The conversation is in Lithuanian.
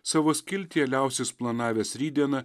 savo skiltyje liausis planavęs rytdieną